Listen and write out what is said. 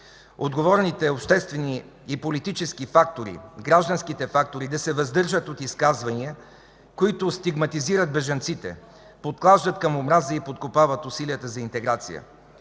отговорните обществени и политически фактори, гражданските фактори да се въздържат от изказвания, които стигматизират бежанците, подклаждат омраза и подкопават усилията за интеграция.